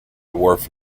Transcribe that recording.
dwarf